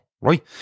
right